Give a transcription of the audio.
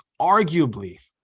arguably